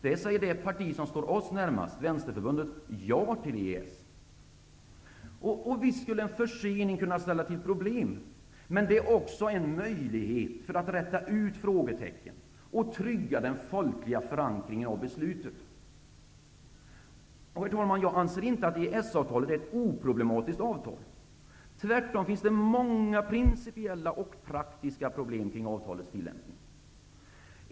Där säger det parti som står oss närmast, Vänsterförbundet, ja till EES. Visst skulle en försening kunna ställa till problem, men det är också en möjlighet att räta ut frågetecken och trygga den folkliga förankringen av beslutet. Herr talman! Jag anser inte att EES-avtalet är ett oproblematiskt avtal. Det finns tvärtom många principiella och praktiska problem kring avtalets tillämpning.